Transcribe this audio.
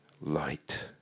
light